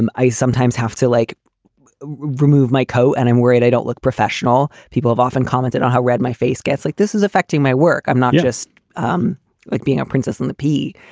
i sometimes have to, like remove my coat and i'm worried. i don't look professional. people have often commented on how red my face gets like this is affecting my work. i'm not just um like being a princess and the pea.